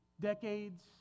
Decades